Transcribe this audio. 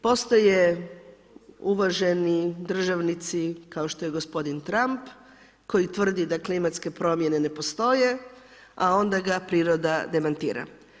Postoje uvaženi državnici kao što je gospodin Trump koji tvrdi da klimatske promjene ne postoje, a onda ga priroda demantira.